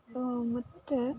ಆಂ ಮತ್ತು